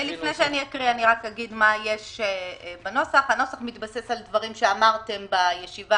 הסבר: הנוסח מתבסס על דברים שאמרתם בישיבה